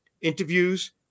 interviews